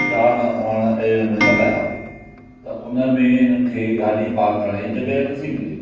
चारि वण अहिड़े नमूने लॻायां त उन में हिननि खे गाॾी पार्क करण ई जॻहि नथी मिले